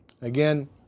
Again